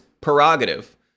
prerogative